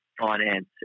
finance